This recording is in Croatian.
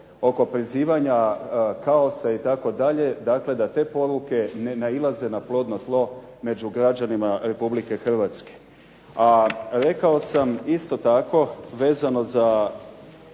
oko prizivanja kaosa itd., dakle da te poruke ne nailaze na plodno tlo među građanima Republike Hrvatske. A rekao sam isto tako, vezano za